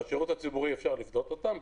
בשירות הציבורי אפשר לפדות אותם.